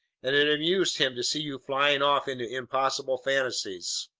and it amused him to see you flying off into impossible fantasies!